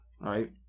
right